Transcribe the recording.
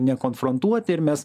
nekonfrontuoti ir mes